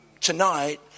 tonight